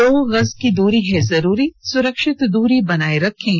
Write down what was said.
दो गज की दूरी है जरूरी सुरक्षित दूरी बनाए रखें